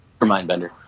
Mindbender